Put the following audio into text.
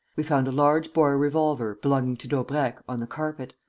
we found a large-bore revolver, belonging to daubrecq, on the carpet.